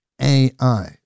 AI